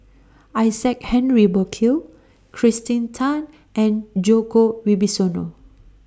Isaac Henry Burkill Kirsten Tan and Djoko Wibisono